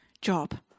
job